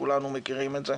וכולנו מכירים את זה.